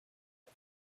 one